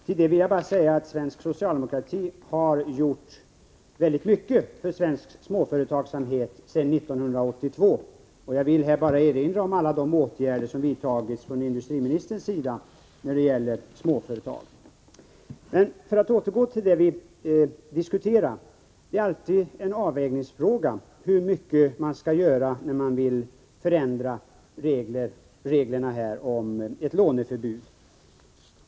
Till det vill jag säga att svensk socialdemokrati har gjort väldigt mycket för svensk småföretagsamhet sedan 1982. Jag vill här bara erinra om alla de åtgärder som vidtagits från industriministerns sida när det gäller småföretagen. För att återgå till det vi diskuterar: Det är alltid en avvägningsfråga hur mycket man skall göra när man vill förändra reglerna om låneförbud.